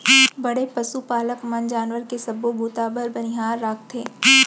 बड़े पसु पालक मन जानवर के सबो बूता बर बनिहार राखथें